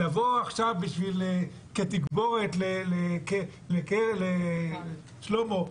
לבוא עכשיו כתגבורת לשלמה,